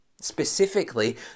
specifically